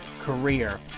career